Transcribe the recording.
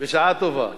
בשעה טובה.